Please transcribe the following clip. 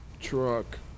truck